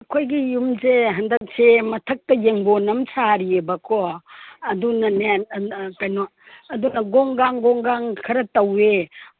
ꯑꯩꯈꯣꯏꯒꯤ ꯌꯨꯝꯁꯦ ꯍꯟꯗꯛꯁꯦ ꯃꯊꯛꯇ ꯌꯦꯡꯒꯣꯟ ꯑꯝ ꯁꯥꯔꯤꯕꯀꯣ ꯑꯗꯨꯅꯅꯦ ꯀꯩꯅꯣ ꯑꯗꯨꯅ ꯒꯣꯡꯒꯥꯡ ꯒꯣꯡꯒꯥꯡ ꯈꯔ ꯇꯧꯋꯦ